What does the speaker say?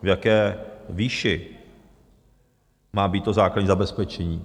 V jaké výši má být to základní zabezpečení.